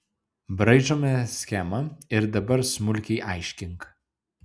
braižome schemą ir dabar smulkiai aiškink